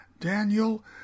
Daniel